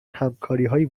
همکاریهایی